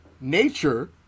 nature